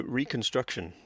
Reconstruction